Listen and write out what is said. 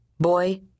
Boy